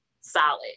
solid